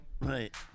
Right